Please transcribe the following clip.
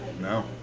No